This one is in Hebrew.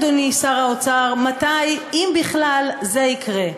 מעניין, אדוני שר האוצר, מתי, אם בכלל, זה יקרה.